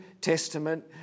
Testament